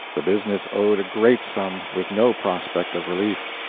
the business owed a great sum, with no prospect of relief.